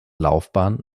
laufbahn